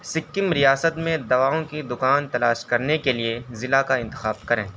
سکم ریاست میں دواؤں کی دکان تلاش کرنے کے لیے ضلع کا انتخاب کریں